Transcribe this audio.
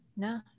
No